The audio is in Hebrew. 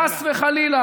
חס וחלילה,